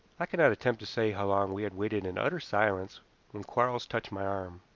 i cannot attempt to say how long we had waited in utter silence when quarles touched my arm.